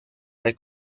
vez